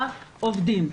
עובדים,